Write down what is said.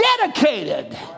dedicated